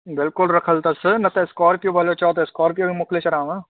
बिल्कुलु रखियल अथसि न त स्कॉरपियो भले चयो त स्कॉरपियो बि मोकिले छॾियांव